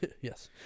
Yes